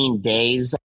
days